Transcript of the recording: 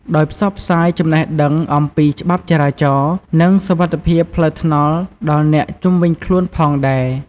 ដោយផ្សព្វផ្សាយចំណេះដឹង អំពីច្បាប់ចរាចរណ៍ និងសុវត្ថិភាពផ្លូវថ្នល់ដល់អ្នកជុំវិញខ្លួនផងដែរ។